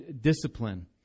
discipline